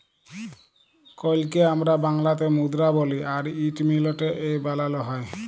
কইলকে আমরা বাংলাতে মুদরা বলি আর ইট মিলটে এ বালালো হয়